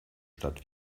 stadt